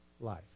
life